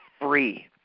free